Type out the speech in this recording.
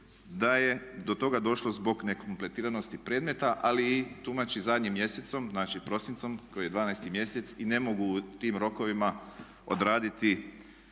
da je do toga došlo zbog nekompletiranosti predmeta ali i tumači zadnjim mjesecem, znači prosincom koji je 12. mjesec i ne mogu u tim rokovima odraditi